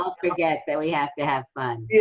um forget that we have to have fun.